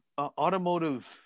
automotive